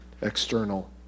external